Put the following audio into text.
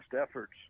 efforts